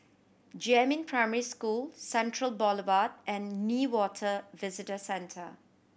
Jiemin Primary School Central Boulevard and Newater Visitor Centre